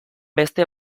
beste